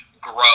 grow